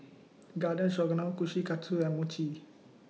Garden Stroganoff Kushikatsu and Mochi